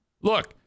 look